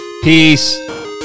Peace